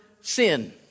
sin